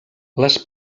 les